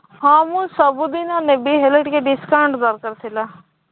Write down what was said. ହଁ ମୁଁ ସବୁଦିନ ନେବି ହେଲେ ଟିକେ ଡିସ୍କାଉଣ୍ଟ୍ ଦରକାର ଥିଲା